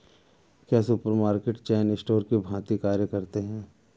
क्या supermarket chain store की भांति कार्य करते हैं?